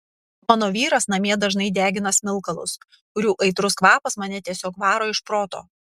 mano vyras namie dažnai degina smilkalus kurių aitrus kvapas mane tiesiog varo iš proto